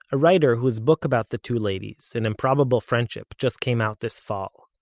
a writer whose book about the two ladies an improbable friendship just came out this fall.